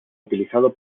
utilizado